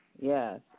yes